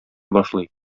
башлый